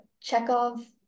Chekhov